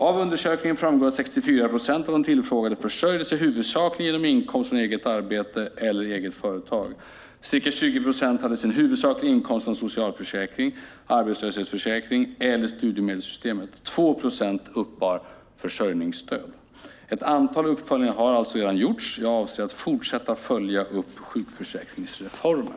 Av undersökningen framgår att 64 procent av de tillfrågade försörjde sig huvudsakligen genom inkomst från arbete eller eget företag. Ca 20 procent hade sin huvudsakliga inkomst från socialförsäkring, arbetslöshetsförsäkring eller studiemedelssystemet. Endast 2 procent uppbar försörjningsstöd. Ett antal uppföljningar har alltså redan gjorts. Jag avser att fortsätta följa upp sjukförsäkringsreformen.